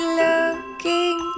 looking